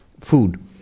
food